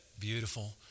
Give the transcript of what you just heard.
Beautiful